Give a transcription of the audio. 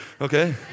okay